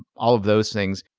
all of those things,